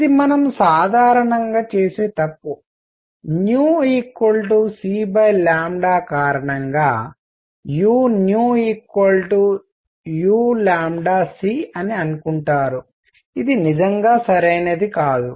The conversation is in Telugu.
ఇది మనం సాధారణంగా చేసే తప్పు c కారణంగా uu c అని అనుకుంటారు ఇది నిజంగా సరైనది కాదు